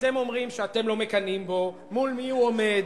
אתם אומרים שאתם לא מקנאים בו, מול מי הוא עומד,